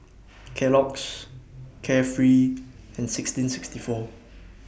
Kellogg's Carefree and sixteen sixty four